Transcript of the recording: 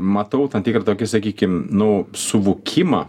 matau tam tikrą tokį sakykim nu suvokimą